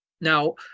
Now